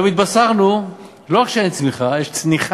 היום התבשרנו, לא רק שאין צמיחה, יש צניחה.